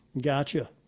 Gotcha